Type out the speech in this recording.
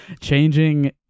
Changing